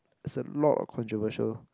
is a lot of controversial